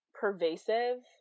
pervasive